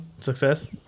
success